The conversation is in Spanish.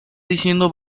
diciendo